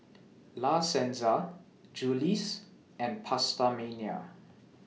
La Senza Julie's and PastaMania